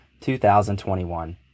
2021